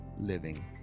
living